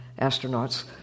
astronauts